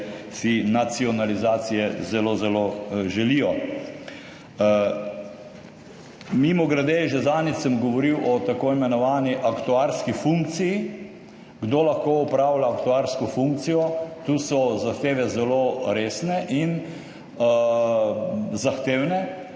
nacionalizacije zelo, zelo želijo. Mimogrede, že zadnjič sem govoril o tako imenovani aktuarski funkciji, kdo lahko opravlja aktuarsko funkcijo, tu so zahteve zelo resne in zahtevne.